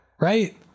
right